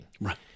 Right